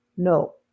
No